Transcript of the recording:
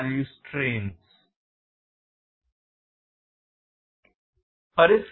పరిశ్రమ 4